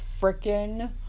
freaking